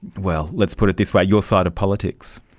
well, let's put it this way, your side of politics.